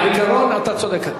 בעיקרון, אתה צודק.